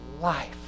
life